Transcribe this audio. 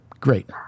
Great